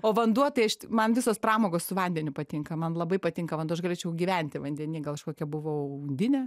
o vanduo tai aš man visos pramogos su vandeniu patinka man labai patinka vanduo aš galėčiau gyventi vandeny gal aš kokia buvau undinė